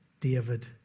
David